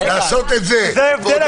לעשות את זה ועוד להפלות את התושבים.